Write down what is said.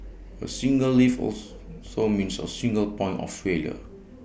A single lift also means A single point of failure